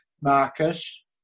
Marcus